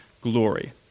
glory